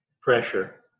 pressure